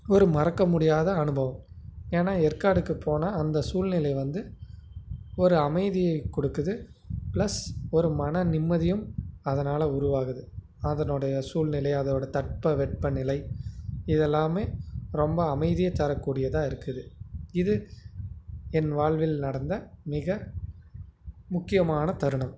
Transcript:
ஒரு மறக்க முடியாத அனுபவம் ஏனால் ஏற்காடுக்கு போனால் அந்த சூழ்நிலை வந்து ஒரு அமைதியை கொடுக்குது பிளஸ் ஒரு மன நிம்மதியும் அதனால உருவாகுது அதனுடைய சூழ்நிலை அதோடய தட்ப வெட்ப நிலை இதெல்லாமே ரொம்ப அமைதியை தரக்கூடியதாக இருக்குது இது என் வாழ்வில் நடந்த மிக முக்கியமான தருணம்